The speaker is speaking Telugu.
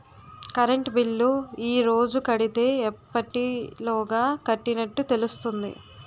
కరెంట్ బిల్లు ఈ రోజు కడితే ఎప్పటిలోగా కట్టినట్టు తెలుస్తుంది?